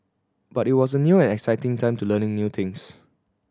but it was a new and exciting time to learning new things